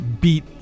beat